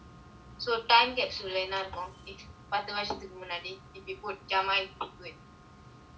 so time capsule என்ன இருக்கும் பத்து வருஷத்துக்கு முன்னாடி:enna irukkum pathu varushathukku munaadi if you